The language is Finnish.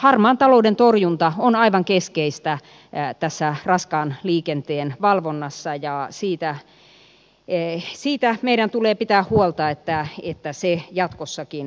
harmaan talouden torjunta on aivan keskeistä tässä raskaan liikenteen valvonnassa ja siitä meidän tulee pitää huolta että se jatkossakin turvataan